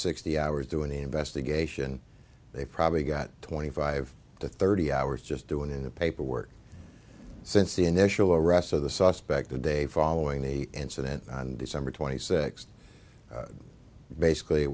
sixty hours doing the investigation they probably got twenty five to thirty hours just doing in the paperwork since the initial arrest of the suspect the day following the incident on december twenty sixth basically